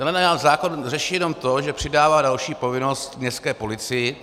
Tenhle zákon řeší jenom to, že přidává další povinnost městské policii.